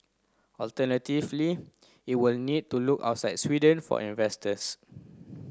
alternatively it will need to look outside Sweden for investors